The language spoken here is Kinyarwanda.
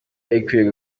ikwiye